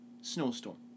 snowstorm